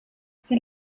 sie